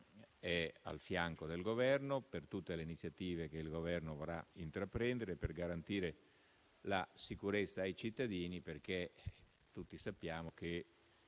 è al fianco del Governo per tutte le iniziative che vorrà intraprendere per garantire la sicurezza ai cittadini. Tutti sappiamo che